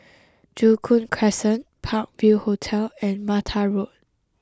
Joo Koon Crescent Park View Hotel and Mata Road